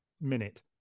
minute